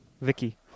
Vicky